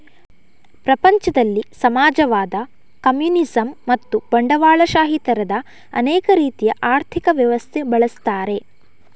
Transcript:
ಪ್ರಪಂಚದಲ್ಲಿ ಸಮಾಜವಾದ, ಕಮ್ಯುನಿಸಂ ಮತ್ತು ಬಂಡವಾಳಶಾಹಿ ತರದ ಅನೇಕ ರೀತಿಯ ಆರ್ಥಿಕ ವ್ಯವಸ್ಥೆ ಬಳಸ್ತಾರೆ